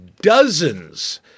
dozens